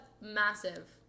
massive